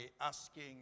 asking